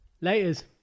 Later's